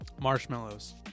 Marshmallows